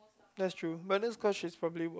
that's true but that's cause she's probably work